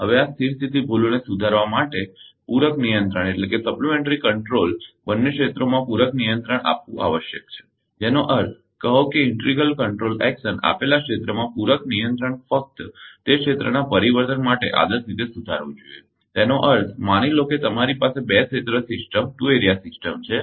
હવે આ સ્થિર સ્થિતી ભૂલોને સુધારવા માટે પૂરક નિયંત્રણ બંને ક્ષેત્રોમાં પૂરક નિયંત્રણ આપવું આવશ્યક છે જેનો અર્થ કહો કે ઇન્ટિગ્રલ કંટ્રોલ એક્શન આપેલા ક્ષેત્રમાં પૂરક નિયંત્રણ ફક્ત તે ક્ષેત્રના પરિવર્તન માટે આદર્શ રીતે સુધારવું જોઈએ તેનો અર્થ માની લો કે તમારી પાસે બે ક્ષેત્ર સિસ્ટમ છે